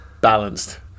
balanced